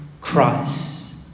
Christ